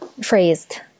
phrased